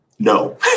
No